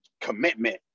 commitment